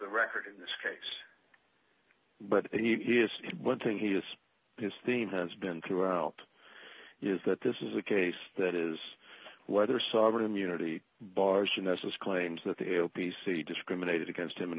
record in this case but he is one thing he does his thing has been throughout is that this is a case that is whether sovereign immunity bars in essence claims that the o p c discriminated against him in